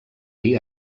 dir